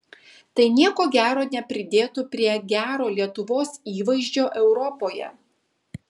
tai nieko gero nepridėtų prie gero lietuvos įvaizdžio europoje